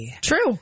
True